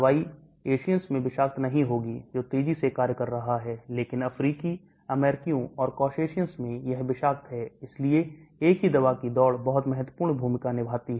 दवाई Asians मैं विषाक्त नहीं होगी जो तेजी से कार्य कर रहा है लेकिन अफ्रीकी अमेरिकियों और Caucasians मैं यह विषाक्त है इसलिए एक ही दवा की दौड़ बहुत महत्वपूर्ण भूमिका निभाती है